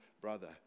brother